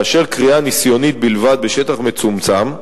לאשר כרייה ניסיונית בלבד בשטח מצומצם,